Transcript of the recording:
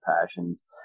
passions